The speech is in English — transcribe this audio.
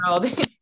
world